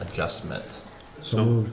adjustments so